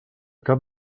cap